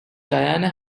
diana